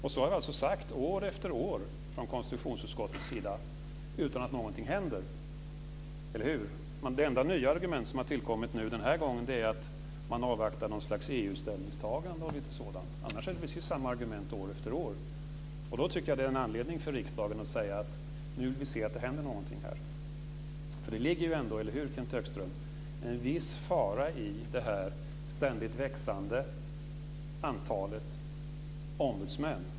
Men så har det alltså sagts år efter år från konstitutionsutskottets sida utan att någonting händer - eller hur? Det enda nya argument som har tillkommit den här gången är att man avvaktar ett slags EU-ställningstagande och lite sådant. Annars är det, som sagt, precis samma argument år efter år. Därför tycker jag att det finns anledning för riksdagen att säga: Nu vill vi se att någonting händer här. Det ligger väl ändå, Kenth Högström, en viss fara i det ständigt växande antalet ombudsmän.